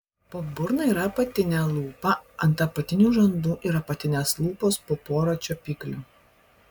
po burna yra apatinė lūpa ant apatinių žandų ir apatinės lūpos po porą čiuopiklių